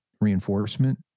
reinforcement